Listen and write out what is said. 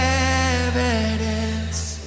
evidence